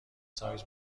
سایز